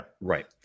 Right